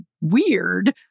weird